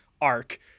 arc